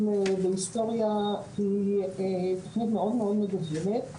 בהיסטוריה היא מאוד מאוד מגוונת,